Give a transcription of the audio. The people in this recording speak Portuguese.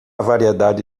variedade